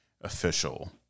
official